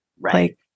Right